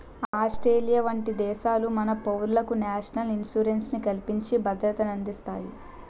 Australia వంట దేశాలు తమ పౌరులకు నేషనల్ ఇన్సూరెన్స్ ని కల్పించి భద్రతనందిస్తాయి